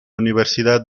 universidad